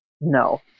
no